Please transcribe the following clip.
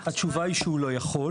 התשובה היא שהוא לא יכול.